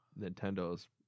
Nintendo's